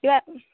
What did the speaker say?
কিবা